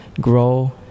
grow